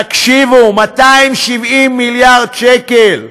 תקשיבו: 270 מיליארד שקל,